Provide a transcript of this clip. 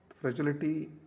Fragility